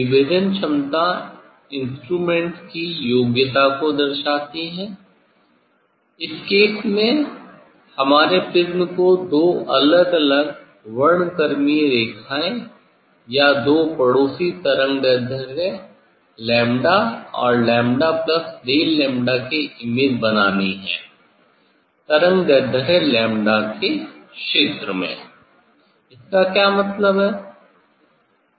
विभेदन क्षमता इंस्ट्रूमेंट की योग्यता को दर्शाती है इस केस में हमारे प्रिज्म को दो अलग अलग वर्णक्रमीय रेखाएँ या दो पड़ोसी तरंगदैर्ध्य '𝝺' और '𝝺Δ𝝺' के इमेज बनानी है तरंगदैर्ध्य '𝝺' लैम्ब्डा के क्षेत्र में इसका क्या मतलब है